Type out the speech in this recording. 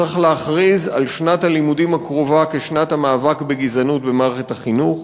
צריך להכריז על שנת הלימודים הקרובה כשנת המאבק בגזענות במערכת החינוך.